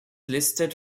listed